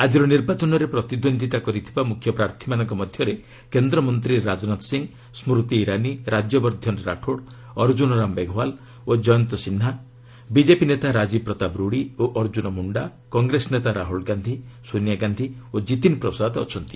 ଆଜିର ନିର୍ବାଚନରେ ପ୍ରତିଦ୍ୱନ୍ଦିତା କରିଥିବା ମୁଖ୍ୟ ପ୍ରାର୍ଥୀମାନଙ୍କ ମଧ୍ୟରେ କେନ୍ଦ୍ରମନ୍ତ୍ରୀ ରାଜନାଥ ସିଂ ସ୍କୃତି ଇରାନୀ ରାଜ୍ୟବର୍ଦ୍ଧନ ରାଠୋଡ୍ ଅର୍ଜୁନରାମ୍ ମେଘଓ୍ୱାଲ୍ ଓ ଜୟନ୍ତ ସିହ୍ନା ବିଜେପି ନେତା ରାଜୀବ ପ୍ରତାପ ରୁଡ଼ି ଓ ଅର୍ଜୁନ ମୁଣ୍ଡା କଂଗ୍ରେସ ନେତା ରାହ୍ରଲ୍ ଗାନ୍ଧି ସୋନିଆ ଗାନ୍ଧି ଓ ଜୀତିନ୍ ପ୍ରସାଦ ଅଛନ୍ତି